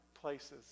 places